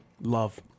Love